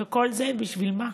וכל זה בשביל מה?